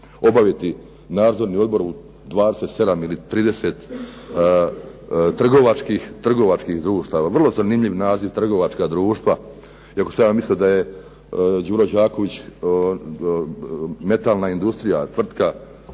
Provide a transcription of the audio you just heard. obaviti nadzorni odbor u 27 ili 30 trgovačkih društava, vrlo zanimljiv naziv trgovačka društva, iako sam ja mislio da je "Đuro Đaković" metalna industrija, tvrtka